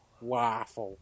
Waffle